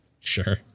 Sure